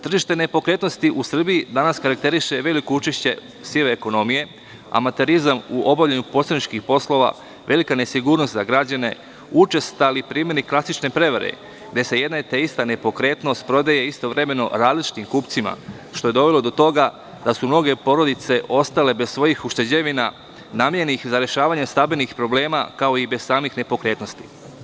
Tržište nepokretnosti u Srbiji danas karakteriše veliko učešće sive ekonomije, amaterizam u obavljanju posredničkih poslova, velika nesigurnost za građane, učestali primeri klasične prevare, gde se jedna te ista nepokretnost prodaje istovremeno različitim kupcima, što je dovelo do toga da su mnoge porodice ostale bez svojih ušteđevina namenjenih za rešavanje stambenih problema, kao i bez samih nepokretnosti.